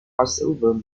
crossover